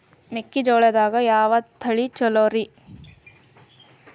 ಮೆಕ್ಕಿಜೋಳದಾಗ ಯಾವ ತಳಿ ಛಲೋರಿ?